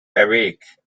awake